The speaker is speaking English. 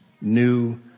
new